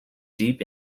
deep